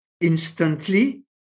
instantly